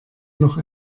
noch